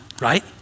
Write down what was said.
right